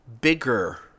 bigger